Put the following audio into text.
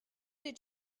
did